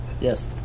yes